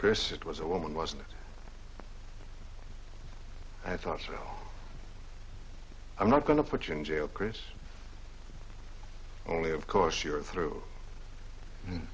chris it was a woman wasn't i thought so i'm not going to put you in jail chris only of course you're through